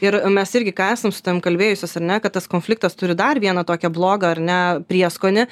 ir mes irgi ką esam su tavim kalbėjusios ar ne kad tas konfliktas turi dar vieną tokią blogą ar ne prieskonį